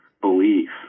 belief